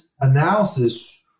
analysis